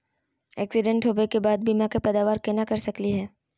Accident होवे के बाद बीमा के पैदावार केना कर सकली हे?